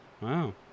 Wow